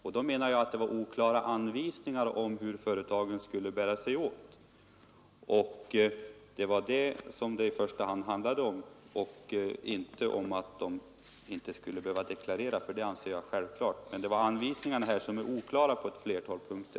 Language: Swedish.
Jag menar alltså att anvisningarna om hur företagen skulle bära sig åt var oklara. Det var det som det i första hand handlade om och inte att företagen inte skulle behöva deklarera, för det anser jag självklart. Anvisningarna är helt enkelt oklara på ett flertal punkter.